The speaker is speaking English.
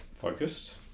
focused